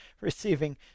receiving